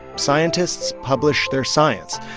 scientists publish their science.